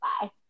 Bye